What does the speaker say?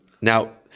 Now